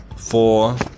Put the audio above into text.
four